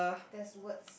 there's words